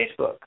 Facebook